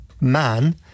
man